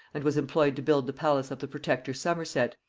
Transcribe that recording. and was employed to build the palace of the protector somerset.